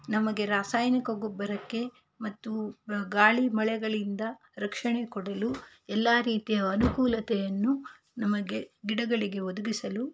ನಮಗೆ ರಾಸಾಯನಿಕ ಗೊಬ್ಬರಕ್ಕೆ ಮತ್ತು ಗಾಳಿ ಮಳೆಗೆಳಿಂದ ರಕ್ಷಣೆ ಕೊಡಲು ಎಲ್ಲ ರೀತಿಯ ಅನುಕೂಲತೆಯನ್ನು ನಮಗೆ ಗಿಡಗಳಿಗೆ ಒದಗಿಸಲು